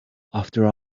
after